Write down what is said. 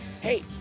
Hey